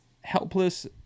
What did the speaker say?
Helpless